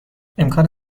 امکان